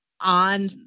on